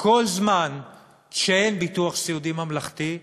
שכל זמן שאין ביטוח סיעודי ממלכתי,